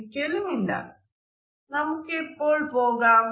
ഒരിക്കലുമില്ല നമുക്ക് എപ്പോൾ പോകാം